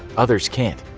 others can't.